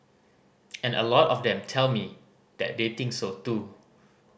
and a lot of them tell me that they think so too